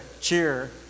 cheer